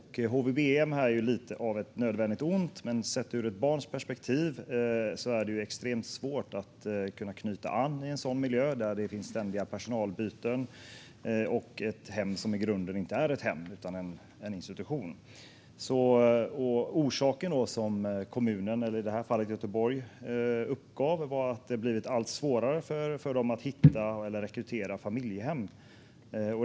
HVB-hem är ju lite av ett nödvändigt ont, men sett ur ett barns perspektiv är det extremt svårt att knyta an i en sådan miljö med ständiga personalbyten. Det är ett hem som i grunden inte är ett hem utan en institution. Orsaken som kommunen, i det här fallet Göteborg, uppgav var att det blivit allt svårare för dem att hitta och rekrytera familjehem.